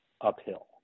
uphill